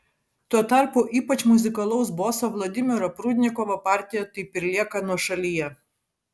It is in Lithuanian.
tuo tarpu ypač muzikalaus boso vladimiro prudnikovo partija taip ir lieka nuošalyje